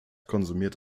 konsumiert